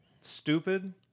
stupid